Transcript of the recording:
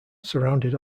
surrounded